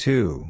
Two